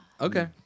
Okay